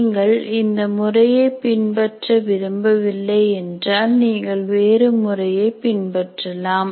நீங்கள் இந்த முறையை பின்பற்ற விரும்பவில்லை என்றால் நீங்கள் வேறு முறையை பின்பற்றலாம்